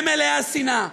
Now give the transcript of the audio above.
הם מלאי השנאה,